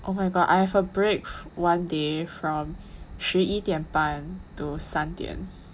oh my god I have a break one day from 十一点半到三点